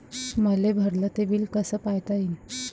मले भरल ते बिल कस पायता येईन?